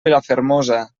vilafermosa